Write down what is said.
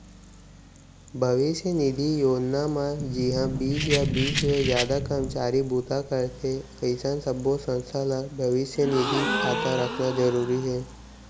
भविस्य निधि योजना म जिंहा बीस या बीस ले जादा करमचारी बूता करथे अइसन सब्बो संस्था ल भविस्य निधि खाता रखना जरूरी हे